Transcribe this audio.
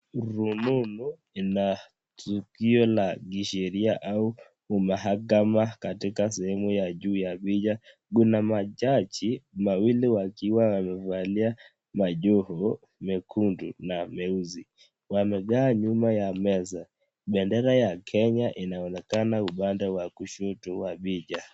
Rununu kuna tukio la kisheria au la mahakama katika sehemu ya juu, pia kuna majaji wawili wakiwa wamevalia majoho meusi na mekundu , wamekaa nyuma ya meza bendera ya Kenya inaonekana upande wa kushto wa picha.